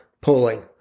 polling